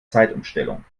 zeitumstellung